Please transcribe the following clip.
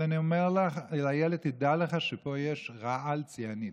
אבל אני אומר לילד: תדע לך שפה יש רעל ציאניד.